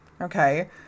Okay